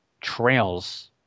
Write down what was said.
trails